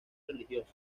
religiosos